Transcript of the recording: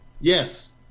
Yes